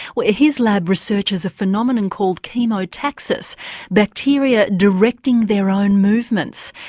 where his lab researches a phenomenon called chemotaxis, bacteria directing their own movements.